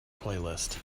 playlist